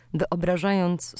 wyobrażając